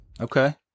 Okay